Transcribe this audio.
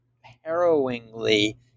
harrowingly